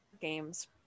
games